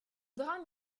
drame